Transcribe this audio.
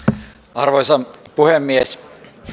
arvoisa puhemies